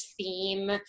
Theme